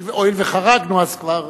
הואיל וחרגנו אז כבר,